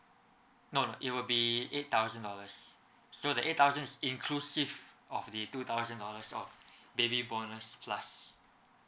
no no it will be eight thousand dollars so the eight thousand is inclusive of the two thousand dollars of baby bonus plus